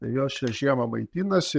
tai jos čia žiemą maitinasi